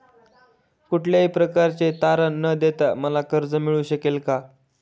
कुठल्याही प्रकारचे तारण न देता मला कर्ज मिळू शकेल काय?